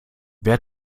wer